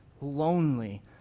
lonely